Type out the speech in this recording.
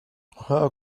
how